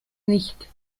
nicht